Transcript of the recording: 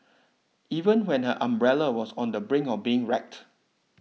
even when her umbrella was on the brink of being wrecked